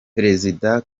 perezida